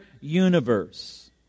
universe